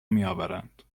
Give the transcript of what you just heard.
میآورند